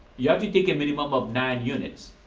you have to take a minimum of nine units,